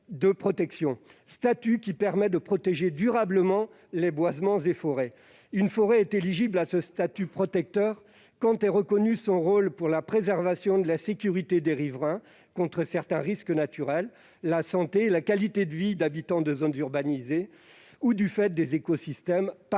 de protection », statut qui permet de protéger durablement les boisements et forêts. Une forêt est éligible à ce statut protecteur lorsqu'est reconnu son rôle pour la préservation de la sécurité des riverains contre certains risques naturels ou pour la santé et la qualité de vie des habitants de zones urbanisées, ou encore lorsqu'elle abrite des écosystèmes particulièrement